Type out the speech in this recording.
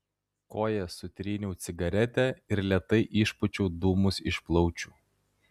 koja sutryniau cigaretę ir lėtai išpūčiau dūmus iš plaučių